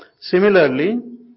Similarly